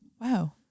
wow